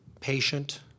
patient